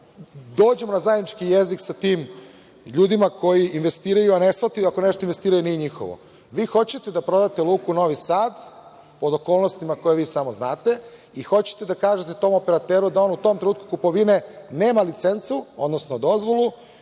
dođemo na zajednički jezik sa tim ljudima koji investiraju a ne shvataju ako nešto investiraju da nije njihovo. Vi hoćete da prodate luku Novi Sad, pod okolnostima koje vi samo znate, i hoćete da kažete tom operateru da on u tom trenutku kupovine, nema licencu, odnosno dozvolu,